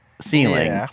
ceiling